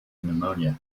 pneumonia